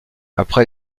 après